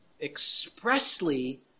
expressly